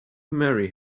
marry